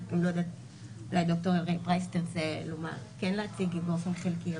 אולי ד"ר אלרעי פרייס תרצה להציג באופן חלקי,